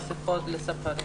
הסיפור של מסיבות י"ב,